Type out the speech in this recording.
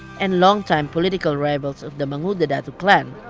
and long-time political rivals of the mangudadatu clan,